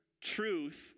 truth